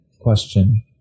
question